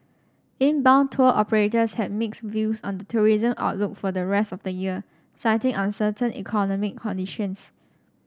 inbound tour operators had mixed views on the tourism outlook for the rest of the year citing uncertain economic conditions